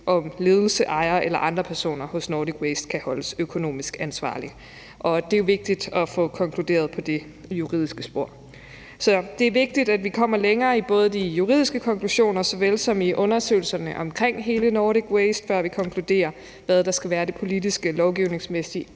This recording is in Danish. om ledelse, ejere eller andre personer hos Nordic Waste kan holdes økonomisk ansvarlig. Det er vigtigt at få konkluderet på det juridiske spor. Så det er vigtigt, at vi kommer længere i de juridiske konklusioner såvel som i undersøgelserne om hele Nordic Waste, før vi konkluderer, hvad der skal være det politiske og lovgivningsmæssige